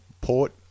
Port